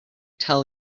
tell